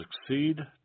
succeed